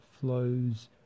flows